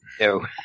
no